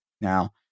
Now